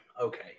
okay